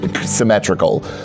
symmetrical